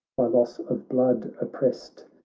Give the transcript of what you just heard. by loss of blood opprest.